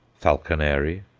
falconeri,